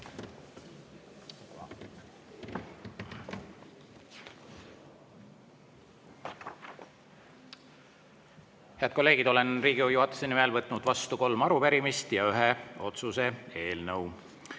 Head kolleegid, olen Riigikogu juhatuse nimel võtnud vastu kolm arupärimist ja ühe otsuse eelnõu. Nüüd